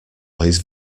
his